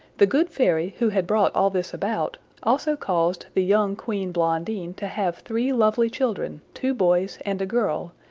the good fairy, who had brought all this about, also caused the young queen blondine to have three lovely children, two boys and a girl,